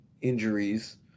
injuries